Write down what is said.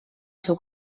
seu